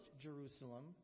Jerusalem